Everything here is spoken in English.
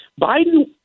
Biden